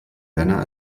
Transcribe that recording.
werner